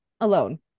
Alone